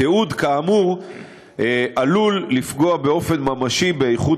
תיעוד כזה עלול לפגוע באופן ממשי באיכות